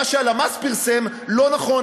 מה שהלמ"ס פרסם לא נכון.